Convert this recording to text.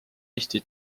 eesti